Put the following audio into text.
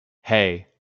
hey